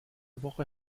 woche